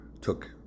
took